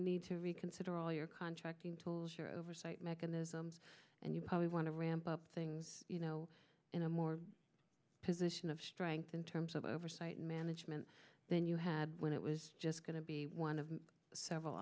need to reconsider all your contracting tools or oversight mechanisms and you probably want to ramp up things you know in a more position of strength in terms of oversight and management than you have when it was just going to be one of several